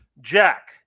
Jack